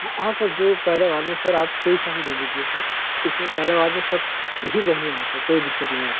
वो हाँ सर जो पैदावार में सर आप कोई सा भी ले लीजिए सर इसमें पैदावार को सब एही बढ़िया है सर कोई दिक़्क़त नहीं आप